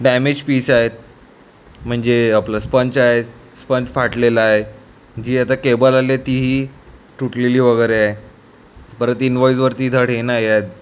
damage piece आहेत म्हणजे आपलं स्पंच आहेत स्पंच फाटलेला आहे जी आता केबल आली आहे तिही टूटलेली वगैरे आहे बरं ते इन्व्हॉईसवरती धड हे नाही आहेत